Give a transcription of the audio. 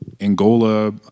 angola